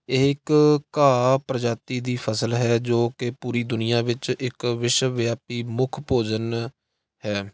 ਇਹ ਇੱਕ ਘਾਹ ਪ੍ਰਜਾਤੀ ਦੀ ਫਸਲ ਹੈ ਜੋ ਕਿ ਪੂਰੀ ਦੁਨੀਆਂ ਵਿੱਚ ਇੱਕ ਵਿਸ਼ਵ ਵਿਆਪੀ ਮੁੱਖ ਭੋਜਨ ਹੈ